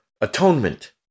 atonement